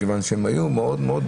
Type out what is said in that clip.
מכיוון שהם היו בקבינט,